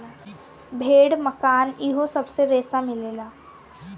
भेड़, मकड़ा इहो सब से रेसा मिलेला